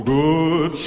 good